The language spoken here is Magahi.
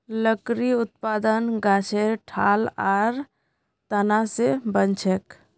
लकड़ी उत्पादन गाछेर ठाल आर तना स बनछेक